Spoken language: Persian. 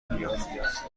میاد